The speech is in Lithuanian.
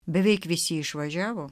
beveik visi išvažiavo